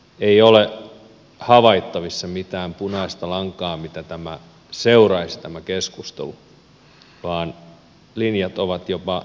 ei ole havaittavissa mitään punaista lankaa mitä tämä keskustelu seuraisi vaan linjat ovat jopa ristiriitaisia keskenään